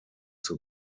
zur